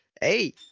hey